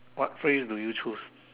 what phrase do you choose